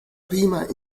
prima